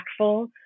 impactful